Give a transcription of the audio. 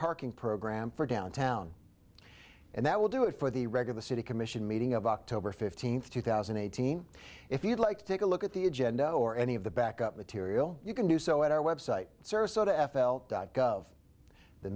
parking program for downtown and that will do it for the record the city commission meeting of october fifteenth two thousand and eighteen if you'd like to take a look at the agenda or any of the back up material you can do so at our website sarasota f l dot gov the